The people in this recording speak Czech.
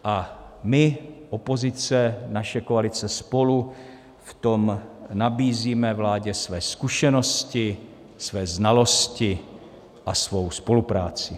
A my, opozice, naše koalice SPOLU, v tom nabízíme vládě své zkušeností, své znalosti a svou spolupráci.